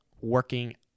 working